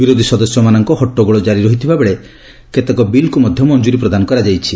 ବିରୋଧୀ ସଦସ୍ୟମାନଙ୍କ ହଟ୍ଟଗୋଳ ଜାରି ରହିଥିବା ବେଳେ କେତେକ ବିଲ୍କୁ ମଧ୍ୟ ମଞ୍ଜୁରୀ ପ୍ରଦାନ କରାଯାଇଛି